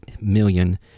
million